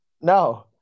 No